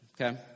okay